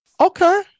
Okay